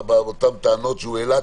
באותן טענות שהוא העלה?